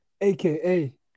aka